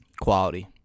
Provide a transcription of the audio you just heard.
quality